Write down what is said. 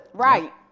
Right